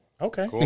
Okay